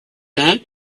that